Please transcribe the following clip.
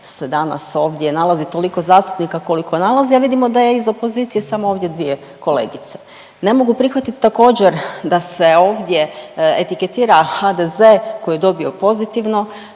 se danas ovdje nalazi toliko zastupnika koliko nalazi, a vidimo da je iz opozicije samo ovdje dvije kolegice. Ne mogu prihvatiti također da se ovdje etiketira HDZ koji je dobio pozitivno